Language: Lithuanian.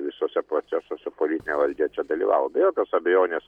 visuose procesuose politinė valdžia čia dalyvavo be jokios abejonės